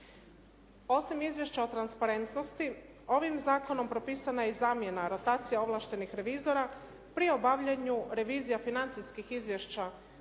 Osim izvješća o transparentnosti, ovim zakonom propisana i zamjena rotacija ovlaštenih revizora pri obavljanju revizija financijskih izvješća